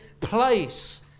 place